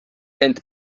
ent